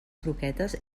croquetes